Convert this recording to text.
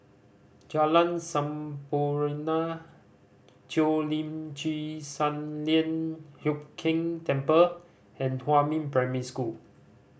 Jalan Sampurna Cheo Lim Chin Sun Lian Hup Keng Temple and Huamin Primary School